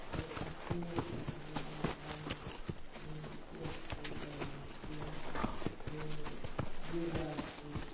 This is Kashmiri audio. ووٚو اَصٕل پٲٹھۍ لوگمَس درٛمُن بیٚیہِ أنِم پوشہٕ کُلۍ لٲگمَس تِم بیٚیہِ اوٚنُم دِودار کُلۍ